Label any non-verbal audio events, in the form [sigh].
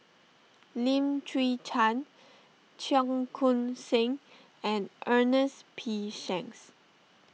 [noise] Lim Chwee Chian Cheong Koon Seng and Ernest P Shanks